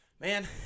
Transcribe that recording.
Man